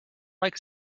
like